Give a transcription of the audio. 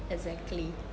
exactly